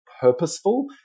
purposeful